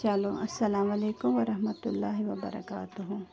چلو اَلسلامُ علیکُم وَرحمتُہ اللہ وَبَرَکاتہوٗ